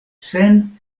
sen